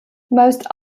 most